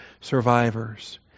survivors